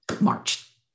March